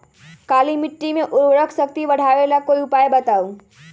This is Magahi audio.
काली मिट्टी में उर्वरक शक्ति बढ़ावे ला कोई उपाय बताउ?